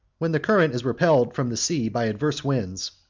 when the current is repelled from the sea by adverse winds,